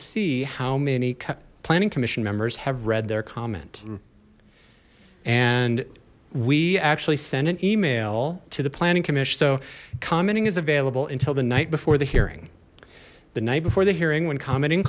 see how many planning commission members have read their comment and we actually sent an email to the planning commission so commenting is available until the night before the hearing the night before the hearing when comm